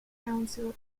council